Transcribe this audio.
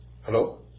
Hello